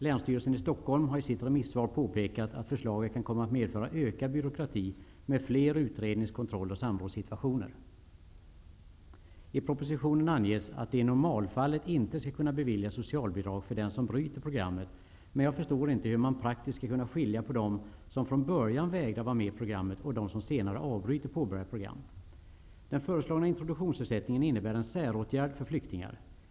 Länsstyrelsen i Stockholm har i sitt remissvar påpekat att förslaget kan komma att medföra ökad byråkrati med fler utrednings-, kontroll och samrådssituationer. I propositionen anges att det i normalfallet inte skall kunna beviljas socialbidrag för den som bryter programmet. Men jag förstår inte hur man praktiskt skall kunna skilja på dem som från början vägrar att vara med i programmet och dem som senare avbryter påbörjat program. Den föreslagna introduktionsersättningen innebär en säråtgärd för flyktingar.